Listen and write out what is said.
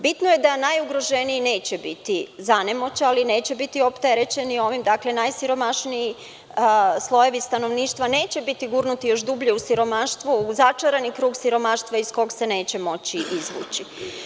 Bitno je da najugroženiji neće biti, zanemoćali neće biti opterećeni ovim, dakle najsiromašniji slojevi stanovništva neće biti gurnuti još dublje siromaštvo, u začarani krug siromaštva iz kog se neće moći izvući.